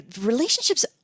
relationships